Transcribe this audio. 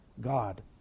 God